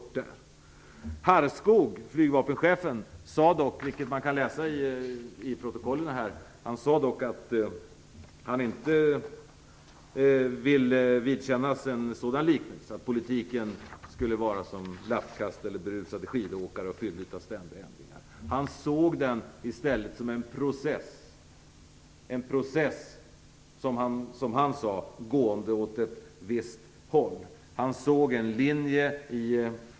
Flygvapenchefen Harrskog sade vid utfrågningen i utskottet, vilket man kan läsa i protokollen, att han inte ville vidkännas en sådan liknelse, dvs. att politiken skulle vara som lappkast eller berusade skidåkare och fylld av ständiga ändringar. Han såg den i stället som en process gående åt ett visst håll.